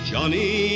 Johnny